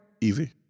Easy